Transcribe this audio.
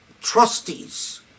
trustees